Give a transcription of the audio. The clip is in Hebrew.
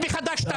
13:00.)